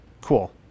cool